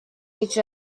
each